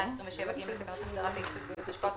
27ג לתקנות הסדרת העיסוק בייעוץ השקעות,